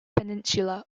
peninsula